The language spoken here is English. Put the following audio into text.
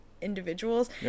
individuals